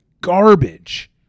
garbage